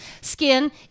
Skin